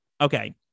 Okay